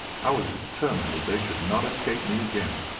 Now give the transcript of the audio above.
i was determined that they should not escape me again.